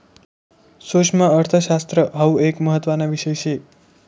सुक्ष्मअर्थशास्त्र हाउ एक महत्त्वाना विषय शे